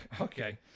Okay